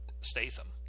Statham